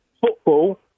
football